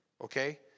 okay